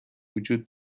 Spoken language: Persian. وجود